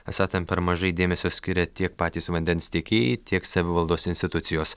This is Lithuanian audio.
esą tam per mažai dėmesio skiria tiek patys vandens tiekėjai tiek savivaldos institucijos